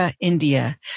India